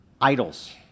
Idols